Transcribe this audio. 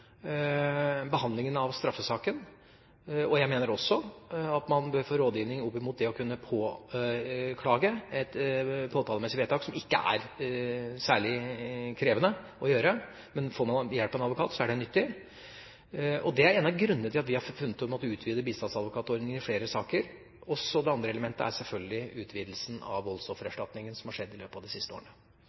rådgivning i det å kunne påklage et påtalemessig vedtak, som ikke er særlig krevende å gjøre, men får man hjelp av en advokat, er det nyttig. Det er en av grunnene til at vi har måttet utvide bistandsadvokatordningen i flere saker. Det andre elementet er selvfølgelig utvidelsen av voldsoffererstatningen, som har skjedd i løpet av de siste årene.